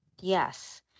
Yes